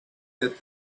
that